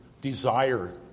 desire